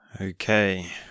Okay